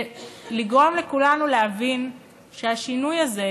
ולגרום לכולנו להבין שהשינוי הזה